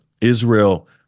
Israel